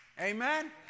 amen